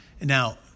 Now